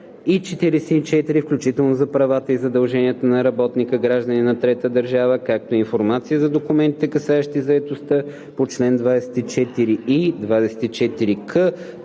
44, включително за правата и задълженията за работника – гражданин на трета държава, както и информация за документите, касаещи заетостта по чл. 24и, 24к,